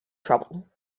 trouble